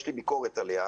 יש לי ביקורת עליה.